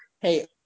Hey